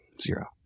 zero